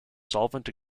solvent